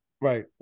Right